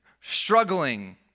struggling